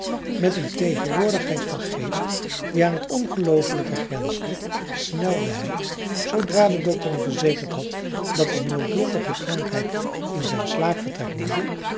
met een tegenwoordigheid van geest die aan het ongelooflijke grensde snelde hij zoodra de dokter hem verzekerd had dat de noodlottige krankheid in zijn slaapvertrek woedde